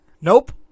Nope